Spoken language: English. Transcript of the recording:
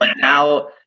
now